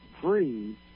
Free